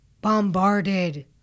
bombarded